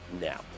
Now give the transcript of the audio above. now